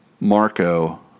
Marco